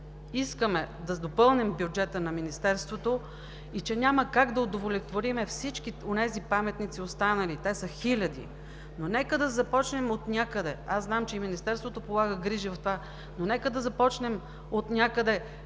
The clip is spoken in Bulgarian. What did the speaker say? искаме да допълним бюджета на Министерството и че няма как да удовлетворим всички онези останали паметници – те са хиляди, но нека да започнем отнякъде. Знам, че Министерството полага грижи в това, но нека да започнем отнякъде